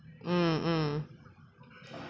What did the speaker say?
mm mm